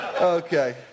Okay